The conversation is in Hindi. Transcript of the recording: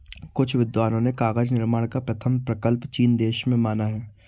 कुछ विद्वानों ने कागज निर्माण का प्रथम प्रकल्प चीन देश में माना है